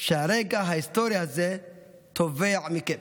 שהרגע ההיסטורי הזה תובע מכם".